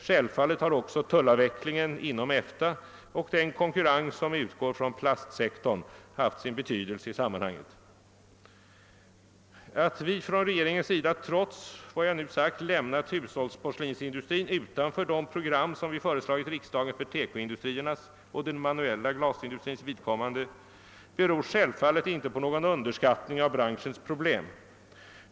Självfallet har också tullavvecklingen inom EFTA och den konkurrens som utgår från plastsektorn haft sin belydelse i sammanhanget. Att vi från regeringens sida trots vad jag nu sagt lämnat hushållsporslinsindustrin utanför de program som vi föreslagit riksdagen för TEKO-industriernas och den manuella glasindustrins vidkommande beror självfallet inte på någon underskattning av branschens problem.